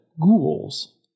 ghouls